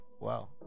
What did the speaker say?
Wow